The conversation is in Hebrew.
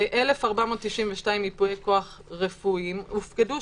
1,492 ייפויי כוח רפואיים הופקדו,